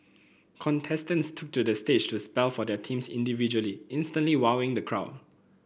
contestants took to the stage to spell for their teams individually instantly wowing the crowd